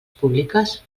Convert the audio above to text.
públiques